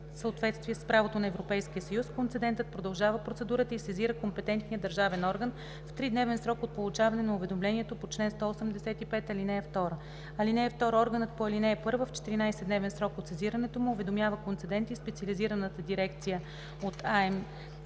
съответствие с правото на Европейския съюз, концедентът продължава процедурата и сезира компетентния държавен орган в тридневен срок от получаване на уведомлението по чл. 185, ал. 2. (2) Органът по ал. 1 в 14-дневен срок от сезирането му уведомява концедента и специализираната дирекция от АМС